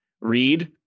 Read